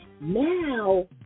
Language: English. now